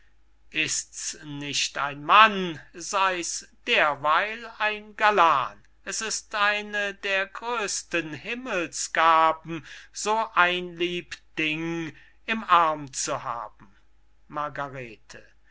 ist's nicht ein mann sey's derweil ein galan s ist eine der größten himmelsgaben so ein lieb ding im arm zu haben